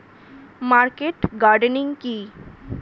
Market gardening কি?